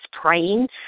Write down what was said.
praying